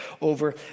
over